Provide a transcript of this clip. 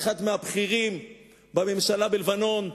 אחד מהבכירים בממשלה בלבנון,